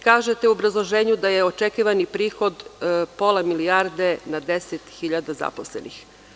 Kažete u obrazloženju da je očekivani prihod pola milijarde na 10.000 zaposlenih.